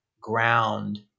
ground